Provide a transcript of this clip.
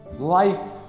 Life